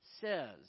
says